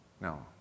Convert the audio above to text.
No